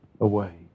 away